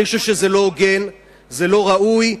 אני חושב שזה לא הוגן ולא ראוי,